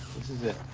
this is it.